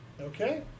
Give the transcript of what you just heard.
Okay